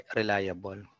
reliable